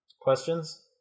questions